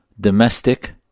domestic